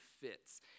fits